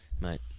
Mate